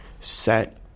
set